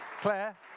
Claire